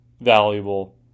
valuable